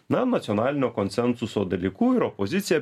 na nacionalinio konsensuso dalyku ir opozicija